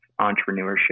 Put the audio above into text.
entrepreneurship